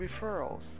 referrals